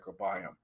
microbiome